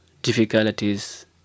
difficulties